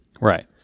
Right